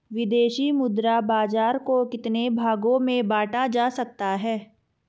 विदेशी मुद्रा बाजार को कितने भागों में बांटा जा सकता है?